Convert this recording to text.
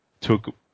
took